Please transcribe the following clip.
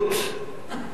להשתלטות גלויה,